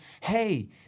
hey